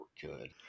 Good